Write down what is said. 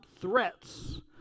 threats